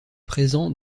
présent